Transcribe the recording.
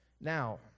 Now